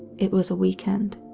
it was a weekend.